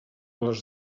les